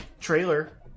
trailer